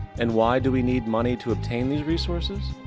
and why do we need money to obtain these resources?